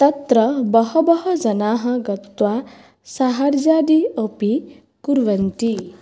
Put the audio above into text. तत्र बहबः जनाः गत्वा साहाय्यादि अपि कुर्वन्ति